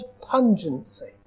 pungency